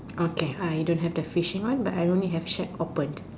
okay I don't have the fishing one that I only have that shack opened